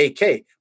AK